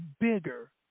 bigger